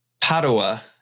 Padua